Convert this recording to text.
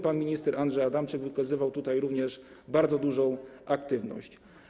Pan minister Andrzej Adamczyk wykazywał tutaj również bardzo dużą aktywność.